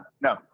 no